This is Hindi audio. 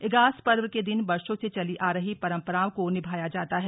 इगास पर्व के दिन वर्षों से चली आ रही परंपराओं को निभाया जाता है